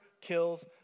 kills